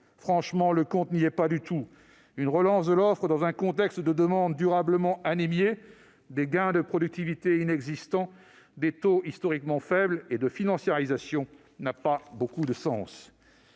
Franchement, le compte n'y est pas du tout. Une relance de l'offre dans un contexte de demande durablement anémiée, de gains de productivité inexistants, de taux historiquement faibles et de financiarisation n'a pas beaucoup de sens.